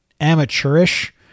amateurish